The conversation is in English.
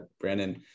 Brandon